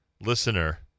listener